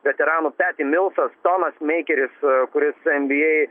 veteranų peti milsas tomas meikeris kuris enbyei